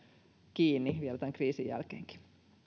kiinni vielä tämän kriisin jälkeenkin